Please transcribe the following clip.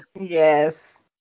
Yes